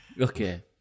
Okay